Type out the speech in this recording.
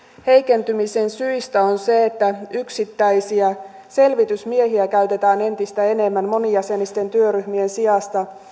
heikentymisen syistä on se että yksittäisiä selvitysmiehiä käytetään entistä enemmän monijäsenisten työryhmien sijaan